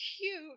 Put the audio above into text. cute